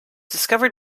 discovered